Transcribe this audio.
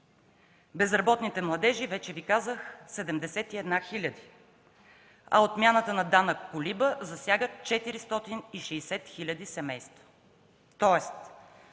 безработните младежи, вече Ви казах – 71 хиляди, а отмяната на данък колиба засяга 460 хиляди семейства.